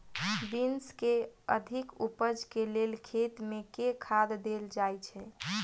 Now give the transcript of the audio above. Beans केँ अधिक उपज केँ लेल खेत मे केँ खाद देल जाए छैय?